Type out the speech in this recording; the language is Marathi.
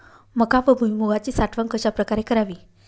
मका व भुईमूगाची साठवण कशाप्रकारे करावी?